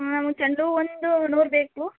ನಮಗೆ ಚೆಂಡು ಹೂ ಒಂದು ನೂರು ಬೇಕು